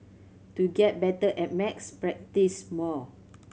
to get better at maths practise more